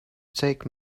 take